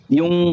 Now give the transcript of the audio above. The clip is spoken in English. yung